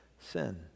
sin